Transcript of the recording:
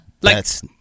That's-